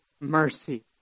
mercy